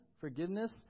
Forgiveness